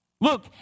Look